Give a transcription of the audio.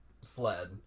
sled